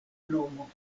nomo